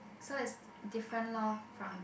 so is different lor from